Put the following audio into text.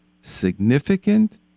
significant